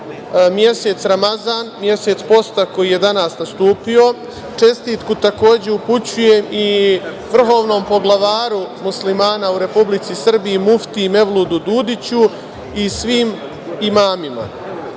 mesec Ramazan, mesec posta koji je danas nastupio. Čestitku takođe upućujem i vrhovnom poglavaru Muslimana u Republici Srbiji muftiji Mevludu Dudiću i svim imamima. Što